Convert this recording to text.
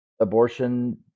abortion